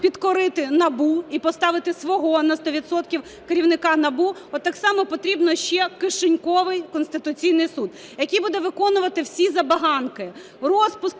підкорити НАБУ і поставити свого на 100 відсотків керівника НАБУ. От так само потрібно ще "кишеньковий" Конституційний Суд, який буде виконувати всі забаганки: розпуск